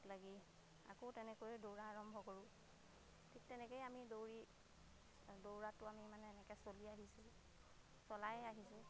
লগ লাগি আকৌ তেনেকৈয়ে দৌৰা আৰম্ভ কৰোঁ ঠিক তেনেকৈয়ে আমি দৌৰি দৌৰাটো আমি মানে এনেকৈ চলি আহিছোঁ চলাই আহিছোঁ